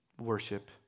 worship